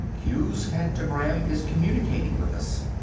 q's phanogram is communicating with us.